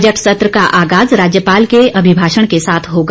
budget सत्र का आगाज राज्यपाल के अभिभाषण के साथ होगा